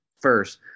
first